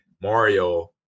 Mario